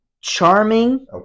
charming